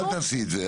אל תעשי את זה.